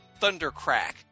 Thundercrack